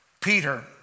Peter